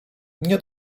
nie